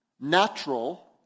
natural